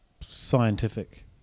scientific